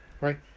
Right